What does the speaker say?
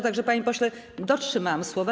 Tak że, panie pośle, dotrzymałam słowa.